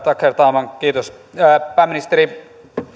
tack herr talman kiitos pääministeri